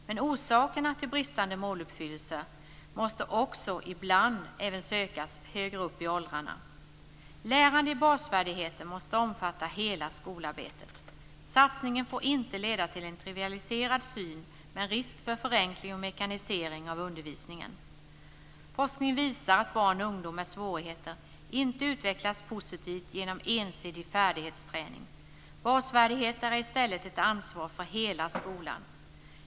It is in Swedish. Men orsakerna till bristande måluppfyllelse måste ibland också sökas högre upp i åldrarna. Lärande i basfärdigheter måste omfatta hela skolarbetet. Satsningen får inte leda till en trivialiserad syn med risk för förenkling och mekanisering av undervisningen. Forskning visar att barn och ungdomar med svårigheter inte utvecklas positivt genom ensidig färdighetsträning. Basfärdigheter är i stället ett ansvar för hela skolan.